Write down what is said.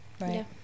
Right